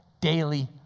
daily